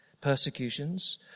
Persecutions